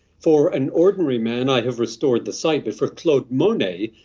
for an ordinary man i have restored the sight but for claude monet,